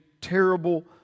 terrible